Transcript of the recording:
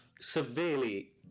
severely